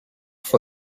for